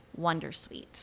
Wondersuite